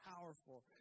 powerful